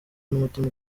n’umutima